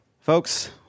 folks